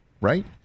right